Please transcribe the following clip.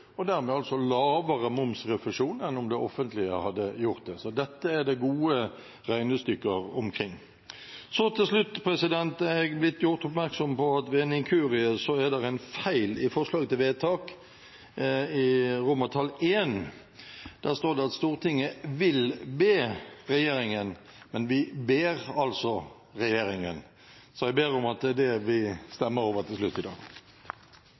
og dermed også lavere momsrefusjon enn om det offentlige hadde gjort det. Så dette er det gode regnestykker omkring. Så til slutt: Jeg har blitt gjort oppmerksom på at ved en inkurie er det en feil i forslaget til vedtak under I. Der står det at Stortinget «vil be» regjeringen, men vi «ber» altså regjeringen. Så jeg ber om at det er det vi stemmer over til slutt i dag.